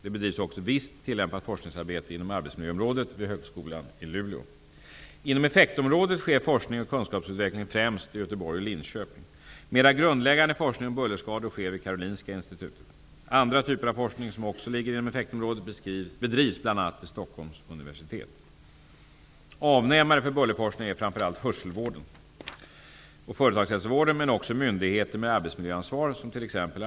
Det bedrivs också visst tillämpat forskningsarbete inom arbetsmiljöområdet vid Inom effektområdet sker forskning och kunskapsutveckling främst i Göteborg och Linköping. Mera grundläggande forskning om bullerskador sker vid Karolinska institutet. Andra typer av forskning, som också ligger inom effektområdet, bedrivs bl.a. vid Stockholms universitet. Avnämare för bullerforskningen är framför allt hörselvården och företagshälsovården men också myndigheter med arbetsmiljöansvar, som t.ex.